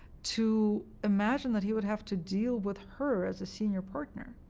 to imagine that he would have to deal with her as a senior partner,